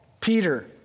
Peter